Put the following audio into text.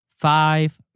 five